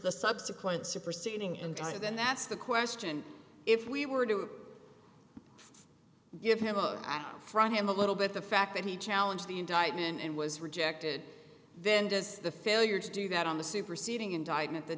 the subsequent superseding in trying to then that's the question if we were to give him a file from him a little bit the fact that he challenged the indictment and was rejected then does the failure to do that on the superseding indictment th